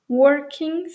working